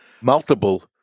multiple